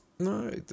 No